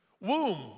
womb